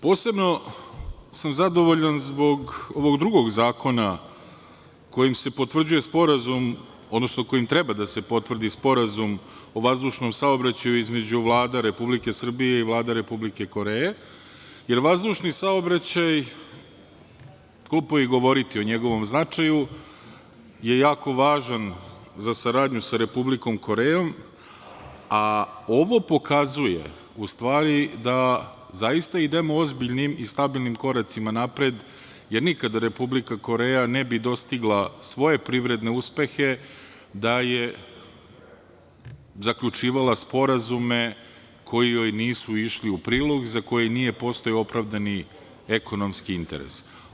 Posebno sam zadovoljan zbog ovog drugog zakona kojim se potvrđuje sporazum, odnosno kojim treba da se potvrdi Sporazum o vazdušnom saobraćaju između Vlade Republike Srbije i Vlade Republike Koreje, jer vazdušni saobraćaj, glupo je i govoriti o njegovom značaju, je jako važan za saradnju sa Republikom Korejom, a ovo pokazuje u stvari da zaista idemo ozbiljnim i stabilnim koracima napred, jer nikada Republika Koreja ne bi dostigla svoje privredne uspehe da je zaključivala sporazume koji joj nisu išli u prilog, za koje nije postojao opravdani ekonomski interes.